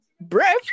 breath